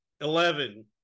Eleven